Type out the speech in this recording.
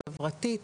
חברתית,